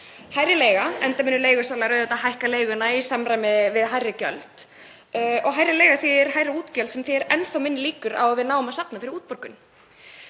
hærri leigu, enda munu leigusalar auðvitað hækka leiguna í samræmi við hærri gjöld. Hærri leiga þýðir hærri útgjöld sem þýðir enn þá minni líkur á að við náum að safna fyrir útborgun.